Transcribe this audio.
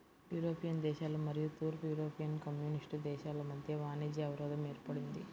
European దేశాలు మరియు తూర్పు యూరోపియన్ కమ్యూనిస్ట్ దేశాల మధ్య వాణిజ్య అవరోధం ఏర్పడింది